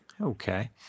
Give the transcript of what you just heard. Okay